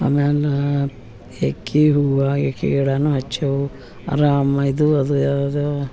ಅಮ್ಯಾಲೆ ಎಕ್ಕೆ ಹೂವು ಎಕ್ಕೆ ಗಿಡನೂ ಹಚ್ಚೇವು ರಾಮ್ ಇದು ಅದು ಯಾವುದು